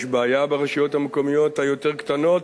יש בעיה ברשויות המקומיות היותר-קטנות,